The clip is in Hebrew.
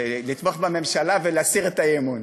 לתמוך בממשלה ולהסיר את האי-אמון.